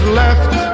left